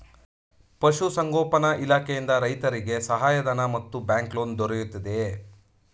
ಪಶು ಸಂಗೋಪನಾ ಇಲಾಖೆಯಿಂದ ರೈತರಿಗೆ ಸಹಾಯ ಧನ ಮತ್ತು ಬ್ಯಾಂಕ್ ಲೋನ್ ದೊರೆಯುತ್ತಿದೆಯೇ?